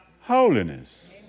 holiness